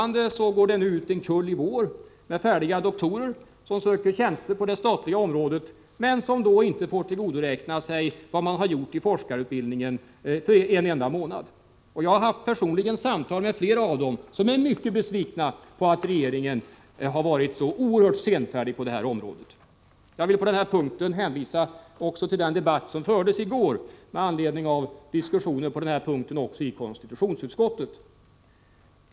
Nu i vår går det ut en kull färdiga doktorer som söker tjänst på det statliga området men som inte får tillgodoräkna sig en enda månad för vad de har gjort i forskarutbildningen. Jag har personligen samtalat med flera av dem som är mycket besvikna på att regeringen har varit så oerhört senfärdig på det här området. Jag vill också hänvisa till den debatt som fördes i går med anledning av diskussionen på den här punkten i konstitutionsutskottet.